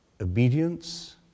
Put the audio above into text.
Obedience